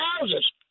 houses